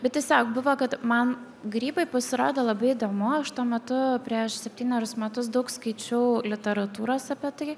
bet tiesiog buvo kad man grybai pasirodė labai įdomu aš tuo metu prieš septynerius metus daug skaičiau literatūros apie tai